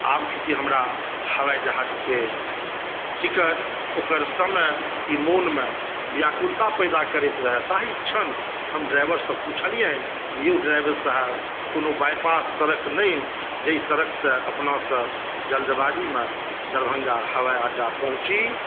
आब चुँकि हमरा हवाइ जहाजके टिकट ओकर समय ई मनमे व्याकुलता पैदा करैत रहै ताहि क्षण हम ड्राइवरसँ पुछलियनि यौ ड्राइवर साहब कोनो बाइपास सड़क नहि जाइ सड़कसँ अपना सभ जल्दबाजीमे दरभङ्गा हवाइअड्डा पहुँची